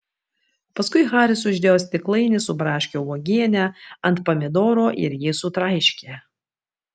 paskui haris uždėjo stiklainį su braškių uogiene ant pomidoro ir jį sutraiškė